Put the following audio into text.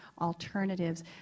alternatives